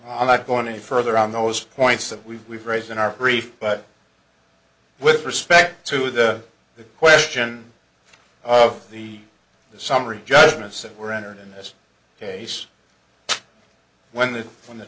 additionally i'm not going any further on those points that we've we've raised in our brief but with respect to the the question of the the summary judgments that were entered in this case when the when the